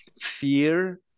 fear